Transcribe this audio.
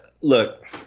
Look